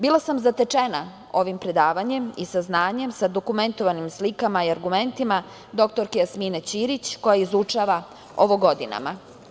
Bila sam zatečena ovim predavanjem i saznanjem sa dokumentovanim slikama i argumentima, doktorke Jasmine Ćirić koja izučava ovo godinama.